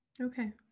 okay